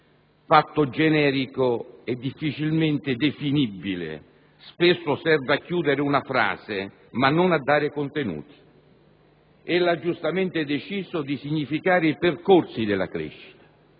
generica e difficilmente definibile che spesso serve a chiudere una frase ma non a dare contenuti). Ella ha giustamente deciso di significare i percorsi della crescita.